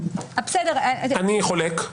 במחילה, אני חולק.